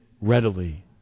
readily